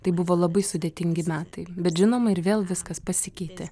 tai buvo labai sudėtingi metai bet žinoma ir vėl viskas pasikeitė